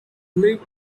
live